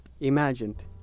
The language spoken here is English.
imagined